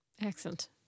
Excellent